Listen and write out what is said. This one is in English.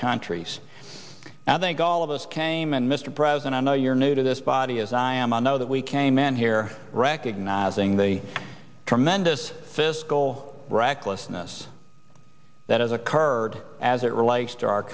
countries i think all of us came in mr president i know you're new to this body as i am i know that we came in here recognizing the tremendous fiscal recklessness that has occurred as it relates to our